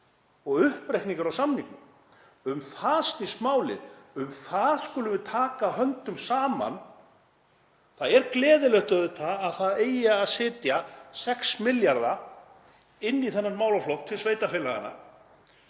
og uppreikningur á samningnum. Um það snýst málið. Um það skulum við taka höndum saman. Það er gleðilegt auðvitað að það eigi að setja 6 milljarða inn í þennan málaflokk til sveitarfélaganna.